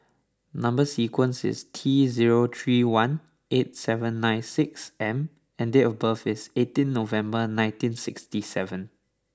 number sequence is T zero three one eight seven nine six M and date of birth is eighteen November nineteen sixty seven